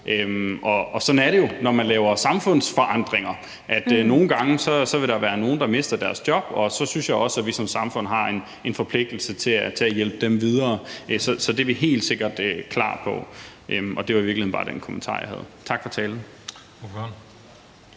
Og sådan er det jo, når man laver samfundsforandringer, nemlig at der nogle gange vil være nogle, der mister deres job, og så synes jeg også, at vi som samfund har en forpligtelse til at hjælpe dem videre. Så det er vi helt klar på. Det var i virkeligheden bare den kommentar, jeg havde. Tak for ordet.